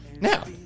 Now